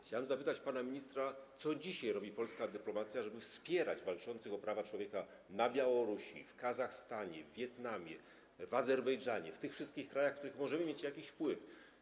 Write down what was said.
Chciałbym zapytać pana ministra, co dzisiaj robi polska dyplomacja, żeby wspierać walczących o prawa człowieka na Białorusi, w Kazachstanie, w Wietnamie, w Azerbejdżanie, w tych wszystkich krajach, w których możemy mieć jakiś wpływ.